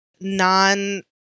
non